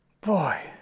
Boy